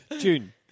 June